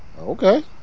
Okay